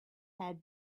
had